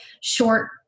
short